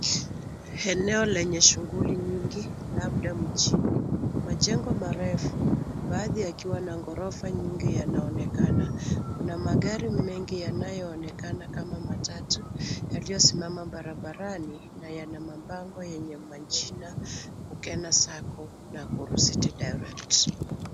Eneo lenye shughuli nyingi labda mjini. Majengo marefu baadhi yakiwa na ghorofa nyingi yanaonekana kuna magari mengi yanayo onekana kama matatu yaliyo simama barabarani na yana mabango yenye majina ya Kukena Sacco Nakuru City Direct .